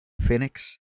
Phoenix